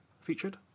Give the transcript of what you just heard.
featured